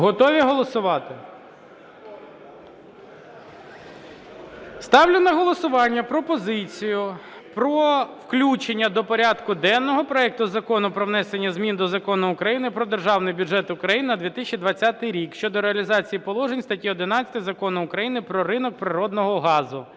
Готові голосувати? Ставлю на голосування пропозицію про включення до порядку денного проекту Закону про внесення змін до Закону України "Про Державний бюджет України на 2020 рік" (щодо реалізації положень статті 11 Закону України "Про ринок природного газу").